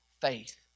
faith